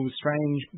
strange